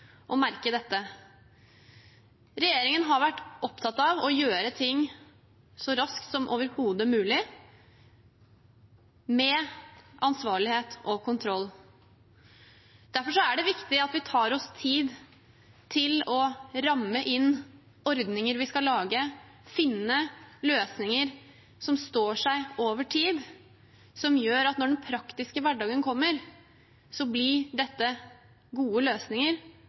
merke dette. Regjeringen har vært opptatt av å gjøre ting så raskt som overhodet mulig, med ansvarlighet og kontroll. Derfor er det viktig at vi tar oss tid til å ramme inn ordninger vi skal lage, finne løsninger som står seg over tid, som gjør at når den praktiske hverdagen kommer, blir dette gode løsninger